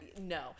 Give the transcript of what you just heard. no